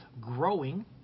growing